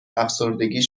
افسردگی